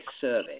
service